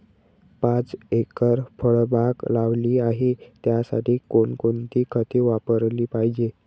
पाच एकर फळबाग लावली आहे, त्यासाठी कोणकोणती खते वापरली पाहिजे?